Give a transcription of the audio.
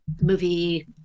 movie